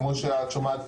כמו שאת שומעת,